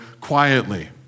quietly